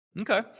Okay